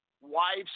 wives